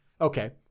Okay